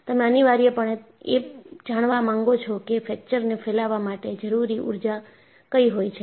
તમે અનિવાર્યપણે એ જાણવા માગો છો કે ફ્રેક્ચરને ફેલાવવા માટે જરૂરી ઊર્જા કઈ હોય છે